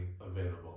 available